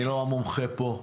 אני לא המומחה כאן.